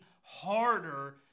harder